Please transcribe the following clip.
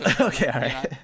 Okay